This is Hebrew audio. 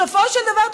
בסופו של דבר,